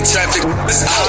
Traffic